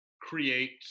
create